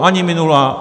Ani minulá.